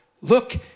Look